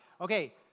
Okay